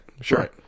Sure